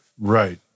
Right